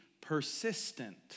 persistent